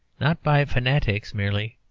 not by fanatics merely,